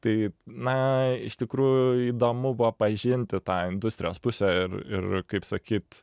tai na iš tikrųjų įdomu buvo pažinti tą industrijos pusę ir ir kaip sakyt